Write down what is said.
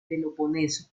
peloponeso